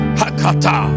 hakata